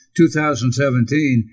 2017